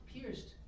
pierced